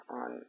on